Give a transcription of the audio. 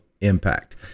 Impact